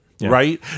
right